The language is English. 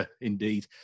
Indeed